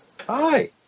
Hi